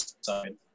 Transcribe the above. side